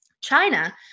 China